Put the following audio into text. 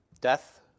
Death